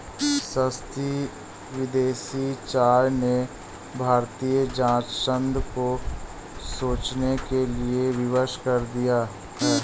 सस्ती विदेशी चाय ने भारतीय चाय संघ को सोचने के लिए विवश कर दिया है